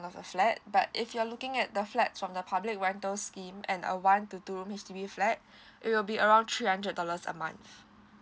of the flat but if you're looking at the flat from the public rental scheme and a one to two rooms H_D_B flat it will be around three hundred dollars a month